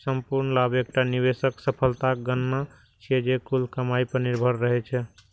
संपूर्ण लाभ एकटा निवेशक सफलताक गणना छियै, जे कुल कमाइ पर निर्भर रहै छै